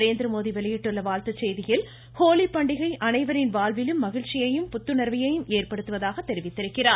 நரேந்திரமோதி வெளியிட்டுள்ள வாழ்த்து செய்தியில் ஹோலி பண்டிகை அனைவரின் வாழ்விலும் மகிழ்ச்சியையும் புத்துணர்வையும் ஏற்படுத்துவதாக தெரிவித்திக்கிறார்